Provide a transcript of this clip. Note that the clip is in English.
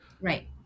Right